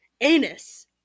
anus